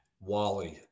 wally